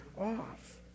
off